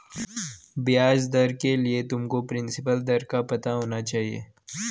ब्याज दर के लिए तुमको प्रिंसिपल दर का पता होना चाहिए